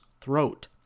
throat